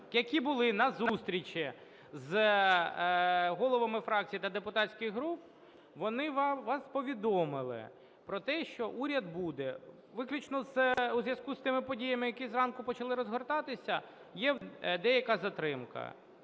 які були на зустрічі з головами фракцій та депутатських груп, вони вас повідомили про те, що уряд буде, виключно у зв’язку з тими подіями, які зранку почали розгортатися, є деяка затримка.